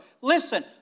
Listen